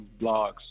blogs